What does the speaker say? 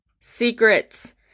secrets